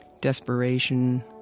desperation